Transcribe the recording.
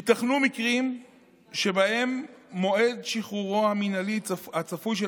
ייתכנו מקרים שבהם מועד שחרורו המינהלי הצפוי של